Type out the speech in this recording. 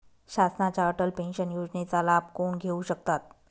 शासनाच्या अटल पेन्शन योजनेचा लाभ कोण घेऊ शकतात?